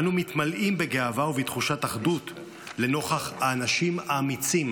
אנו מתמלאים בגאווה ובתחושת אחדות לנוכח האנשים האמיצים